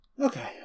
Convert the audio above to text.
okay